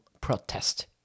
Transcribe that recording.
protest